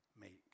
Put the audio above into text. make